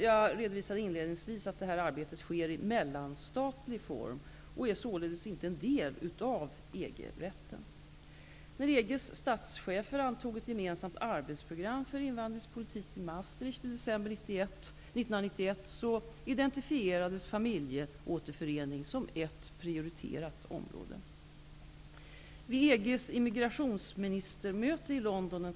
Jag redovisade inledningsvis att detta arbete sker i mellanstatlig form. Det är således inte en del av Maastricht i december 1991 identifierades familjeåterförening som ett prioriterat område.